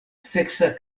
seksa